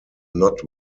not